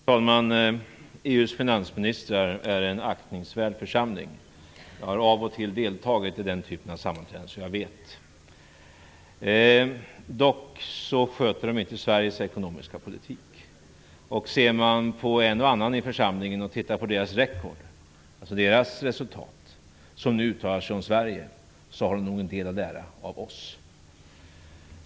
Fru talman! EU:s finansministrar är en aktningsvärd församling. Jag har av och till deltagit i sammanträden med dem, så jag vet. Dock sköter de inte Sveriges ekonomiska politik. Ser man på en och annan i denna församling och deras resultat, vilka nu uttalar sig om Sverige, så har de nog en hel del att lära av oss.